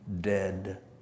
dead